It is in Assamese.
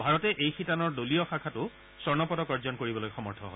ভাৰতে এই শিতানৰ দলীয় শাখাতো স্বৰ্ণ পদক অৰ্জন কৰিবলৈ সমৰ্থ হয়